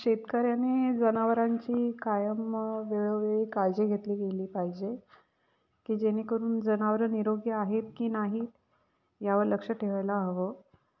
शेतकऱ्याने जनावरांची कायम वेळोवेळी काळजी घेतली गेली पाहिजे की जेणेकरून जनावरं निरोगी आहेत की नाहीत यावर लक्ष ठेवायला हवं